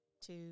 two